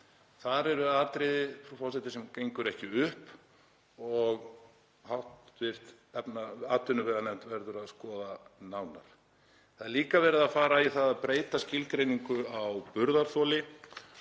Þar er atriði, frú forseti, sem gengur ekki upp og hv. atvinnuveganefnd verður að skoða nánar. Það er líka verið að fara í það að breyta skilgreiningu á burðarþoli